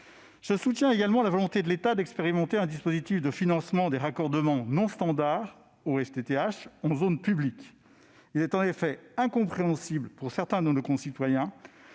Je soutiens également la volonté de l'État d'expérimenter un dispositif de financement des raccordements non standards au FTTH en zone publique : il est en effet incompréhensible pour certains de nos concitoyens